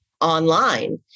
online